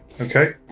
okay